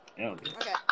Okay